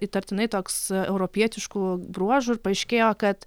įtartinai toks europietiškų bruožų ir paaiškėjo kad